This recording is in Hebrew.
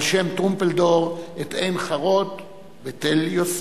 על שם טרומפלדור את עין-חרוד ותל-יוסף.